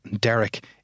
Derek